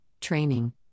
training